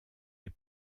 les